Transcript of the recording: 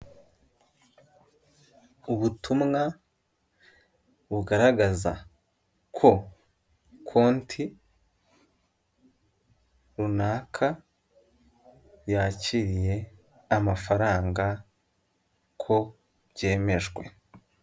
Ubutumwa bugaragaza ko konti runaka yakiriye amafaranga ko byemejwe.